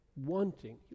Wanting